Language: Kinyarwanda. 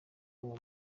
uwo